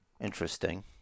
interesting